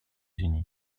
unis